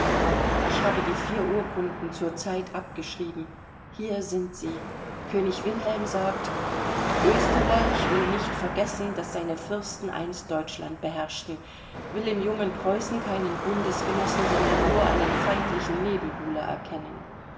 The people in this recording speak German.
ich habe die vier urkunden zur zeit abgeschrieben hier sind sie könig wilhelm sagt österreich will nicht vergessen daß seine fürsten einst deutschland beherrschten will im jungen preußen keinen bundesgenossen sondern nur einen feindlichen nebenbuhler erkennen